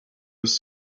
was